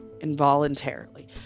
involuntarily